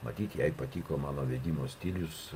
matyt jai patiko mano vedimo stilius